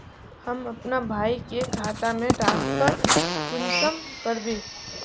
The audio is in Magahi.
हम अपना भाई के खाता में ट्रांसफर कुंसम कारबे?